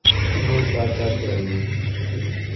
उमन का का चाही?